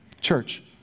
Church